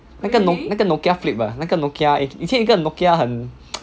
那个那个 Nokia flip 的那个 Nokia 以前有一个 Nokia 很